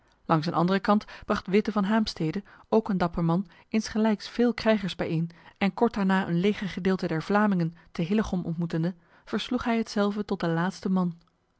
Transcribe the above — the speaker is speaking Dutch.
langs een andere kant bracht witte van haamstede ook een dapper man insgelijks veel krijgers bijeen en kort daarna een legergedeelte der vlamingen te hillegom ontmoetende versloeg hij hetzelve tot de laatste man